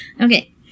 Okay